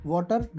Water